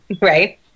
right